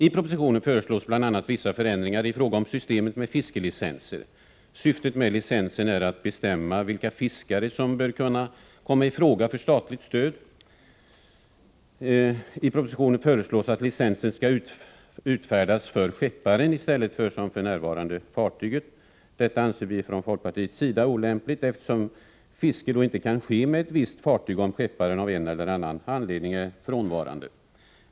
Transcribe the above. I propositionen föreslås bl.a. vissa förändringar i fråga om systemet med fiskelicenser. Syftet med licensen är att bestämma vilka fiskare som bör kunna komma i fråga för statligt stöd. I propositionen föreslås att licensen skall utfärdas för skepparen i stället för som för närvarande fartyget. Detta anser vi från folkpartiets sida olämpligt, eftersom fiske då inte kan ske med ett visst fartyg om skepparen av en eller annan anledning är frånvarande.